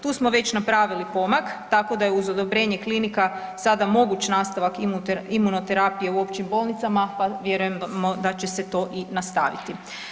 Tu smo već napravili pomak tako da je uz odobrenje klinika sada moguć nastavak imunoterapije u općim bolnicama pa vjerujem da će se to i nastaviti.